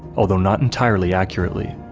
although not entirely accurately.